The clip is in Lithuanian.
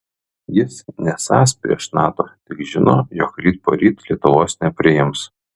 jis nesąs prieš nato tik žino jog ryt poryt lietuvos nepriims